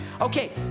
Okay